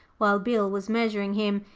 while bill was measuring him,